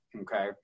okay